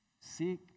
Seek